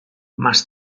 más